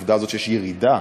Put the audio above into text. העובדה הזאת שיש ירידה